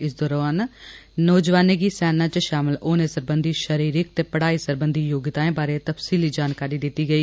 इस दौरान नौजवानें गी सेना च शामल होनें सरबंघी शरिरीक ते पढ़ाई सरबंघी योग्यताएं बारै तफसीली जानकारी दित्ती गेई